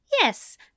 Yes